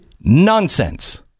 nonsense